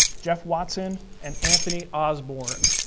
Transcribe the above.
jeff watson and anthony osborne.